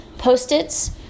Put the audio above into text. Post-its